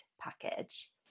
package